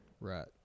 Right